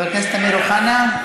חבר הכנסת אמיר אוחנה,